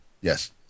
Yes